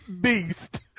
beast